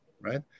right